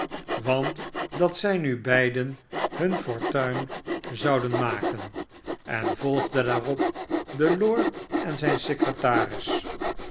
want dat zij nu beiden hun fortuin zouden maken en volgde daarop den lord en zijn secretaris